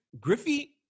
griffey